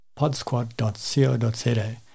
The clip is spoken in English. podsquad.co.za